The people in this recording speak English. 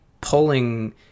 pulling